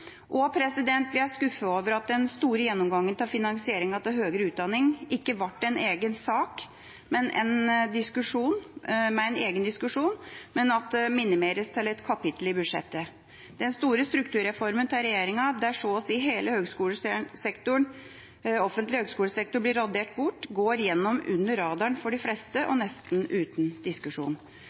Vi er skuffet over at den store gjennomgangen av finansiering av høyere utdanning ikke ble en egen sak med en egen diskusjon, men at det minimeres til et kapittel i budsjettet. Den store strukturreformen til regjeringa, der så å si hele den offentlige høyskolesektoren blir radert bort, går igjennom under radaren for de fleste og nesten uten diskusjon.